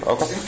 Okay